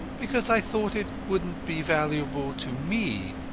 because i thought it wouldn't be valuable to me.